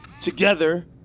together